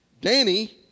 Danny